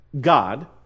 God